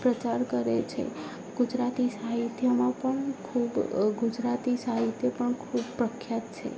પ્રચાર કરે છે ગુજરાતી સાહિત્યમાં પણ ખૂબ ગુજરાતી સાહિત્ય પણ ખૂબ પ્રખ્યાત છે